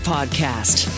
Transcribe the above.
Podcast